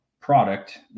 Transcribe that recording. Product